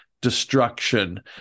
destruction